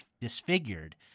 disfigured